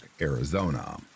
Arizona